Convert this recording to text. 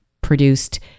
produced